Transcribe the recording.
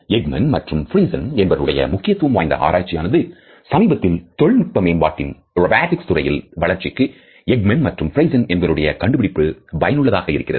Ekman மற்றும் Friesen என்பவர்களுடைய முக்கியத்துவம் வாய்ந்த ஆராய்ச்சியானது சமீபத்திய தொழில்நுட்ப மேம்பாட்டின் ரோபோடிக்ஸ் துறையில் வளர்ச்சிக்கு Ekman மற்றும் Friesen என்பவர்களுடைய கண்டுபிடிப்பு பயனுள்ளதாக இருக்கிறது